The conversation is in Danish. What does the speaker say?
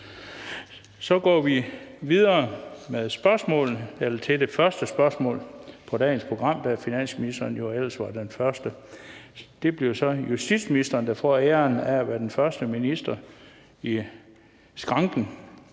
Så går vi videre til det første spørgsmål (S 1044) i dagens program. Finansministeren var jo ellers den første, men det bliver så justitsministeren, der får æren af at være den første minister, og